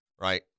right